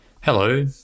Hello